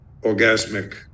orgasmic